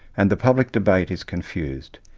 and the public debate is confused.